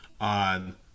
on